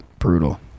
brutal